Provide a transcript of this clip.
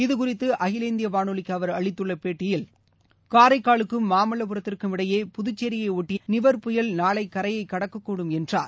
இதுகுறித்து அகில இந்திய வானொலிக்கு அவர் அளித்துள்ள பேட்டியில் காரைக்காலுக்கும் மாமல்லபுரத்திற்கும் இடையே புதுச்சேரியை ஒட்டி நிவர் புயல் நாளை கரையை கடக்கக்கூடும் என்றார்